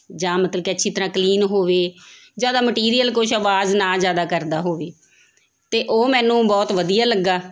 ਜਾਂ ਮਤਲਬ ਕਿ ਅੱਛੀ ਤਰ੍ਹਾਂ ਕਲੀਨ ਹੋਵੇ ਜਾਂ ਤਾਂ ਮਟੀਰੀਅਲ ਕੁਛ ਆਵਾਜ਼ ਨਾ ਜ਼ਿਆਦਾ ਕਰਦਾ ਹੋਵੇ ਅਤੇ ਉਹ ਮੈਨੂੰ ਬਹੁਤ ਵਧੀਆ ਲੱਗਾ